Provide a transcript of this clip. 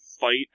Fight